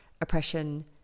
oppression